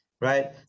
right